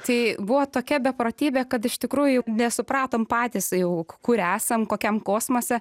tai buvo tokia beprotybė kad iš tikrųjų nesupratom patys jau kur esam kokiam kosmose